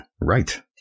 right